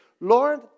Lord